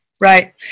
Right